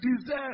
deserve